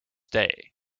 day